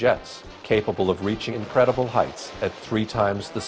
jets capable of reaching incredible heights at three times the